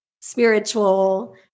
spiritual